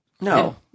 No